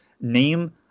name